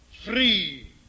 free